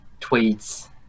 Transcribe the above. tweets